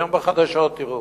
היום בחדשות, תראו.